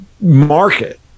market